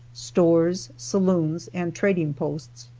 stores, saloons and trading posts.